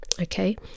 Okay